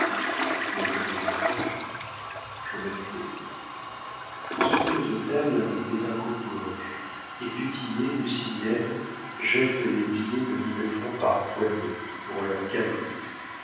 mais que deviendrais-je je me tais ce somptueux hôtel est un coupe-gorge et du tillet nucingen jettent les billets de mille francs par poignées pour leurs caprices